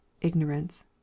Ignorance